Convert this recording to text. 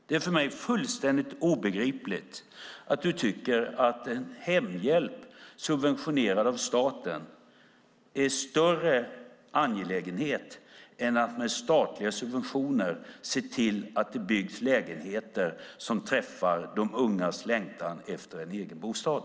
Det är för mig fullständigt obegripligt att du tycker att en hemhjälp subventionerad av staten är en större angelägenhet än att med statliga subventioner se till att det byggs lägenheter som träffar de ungas längtan efter en egen bostad.